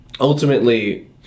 ultimately